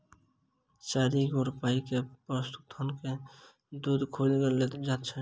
चारि गोट पाइप के पशुक थन मे लगा क दूध सोइख लेल जाइत छै